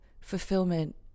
fulfillment